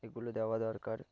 এগুলো দেওয়া দরকার